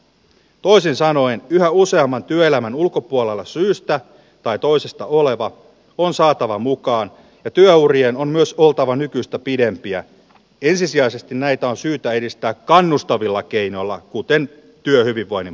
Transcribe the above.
toisin sanoen yhä useamman työelämän ulkopuolella syystä tai toisesta ole wap on saatava mukaan työurien on myös oltava nykyistä pidempiä ensisijaisesti näitä on syytä edistää kannustavilla keinoilla kuten työhyvinvoinnin